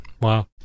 Wow